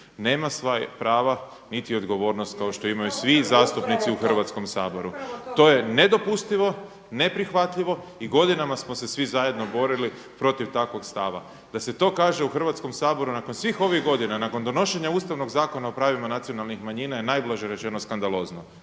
nema sva prava niti odgovornost kao što imaju svi zastupnici u Hrvatskom saboru. …/Upadica: Upravo to./… To je nedopustivo, neprihvatljivo i godinama smo se svi zajedno borili protiv takvog stava, da se to kaže u Hrvatskom saboru nakon svih ovih godina, nakon donošenja Ustavnog zakona o pravima nacionalnih manjina je najblaže rečeno skandalozno.